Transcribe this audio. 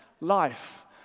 life